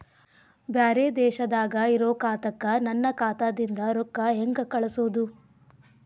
ಬ್ಯಾರೆ ದೇಶದಾಗ ಇರೋ ಖಾತಾಕ್ಕ ನನ್ನ ಖಾತಾದಿಂದ ರೊಕ್ಕ ಹೆಂಗ್ ಕಳಸೋದು?